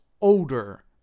older